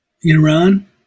Iran